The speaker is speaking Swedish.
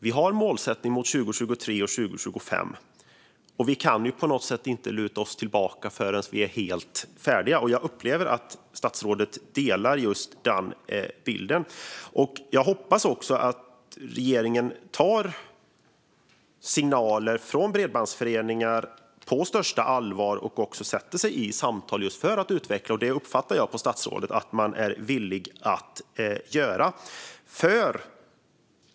Vi har en målsättning för 2023 och 2025, och vi kan inte luta oss tillbaka förrän vi är helt färdiga. Jag upplever att statsrådet delar den bilden. Jag hoppas att regeringen tar signaler från bredbandsföreningar på största allvar och sätter sig i samtal för att utveckla detta, och jag uppfattar statsrådet som att man är villig att göra det.